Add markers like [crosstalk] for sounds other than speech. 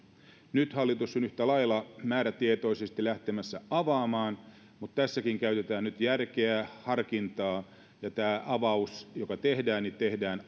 nyt hallitus on yhtä lailla määrätietoisesti lähtemässä avaamaan mutta tässäkin käytetään nyt järkeä harkintaa ja tämä avaus joka tehdään tehdään [unintelligible]